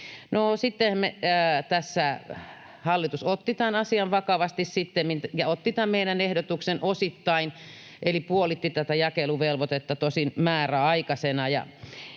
hallitus otti tämän asian vakavasti ja otti tämän meidän ehdotuksemme osittain eli puolitti tätä jakeluvelvoitetta, tosin määräaikaisena,